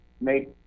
make